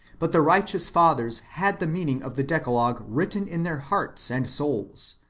but the righteous fathers had the meaning of the decalogue written in their hearts and souls,